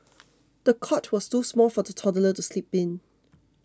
the cot was too small for the toddler to sleep in